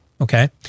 okay